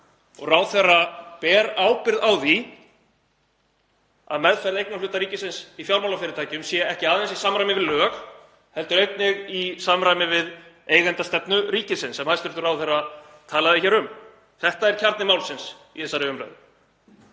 og ráðherra ber ábyrgð á því að meðferð eignarhluta ríkisins í fjármálafyrirtækjum sé ekki aðeins í samræmi við lög heldur einnig í samræmi við eigendastefnu ríkisins sem hæstv. ráðherra talaði hér um. Þetta er kjarni málsins í þessari umræðu.